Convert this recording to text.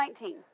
19